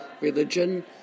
religion